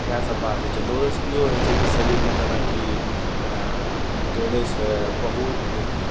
इएह सब बात होइ छै दौड़यसँ इहो होइ छै की शरीरमे जेनाकि दौड़ैसँ बहुत